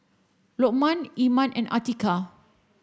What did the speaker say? Lokman Iman and Atiqah